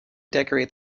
decorate